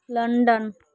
London